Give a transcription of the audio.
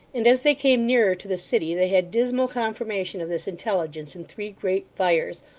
and as they came nearer to the city they had dismal confirmation of this intelligence in three great fires,